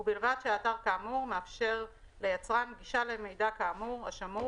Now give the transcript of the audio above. ובלבד שהאתר כאמור מאפשר ליצרן גישה למידע כאמור השמור